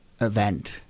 Event